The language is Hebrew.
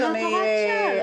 אדוני היושב-ראש,